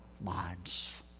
minds